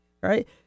Right